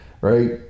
right